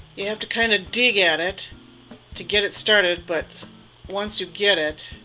you have to kind of dig at it to get it started but once you get it,